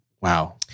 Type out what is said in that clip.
Wow